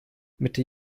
mitte